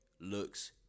looks